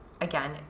Again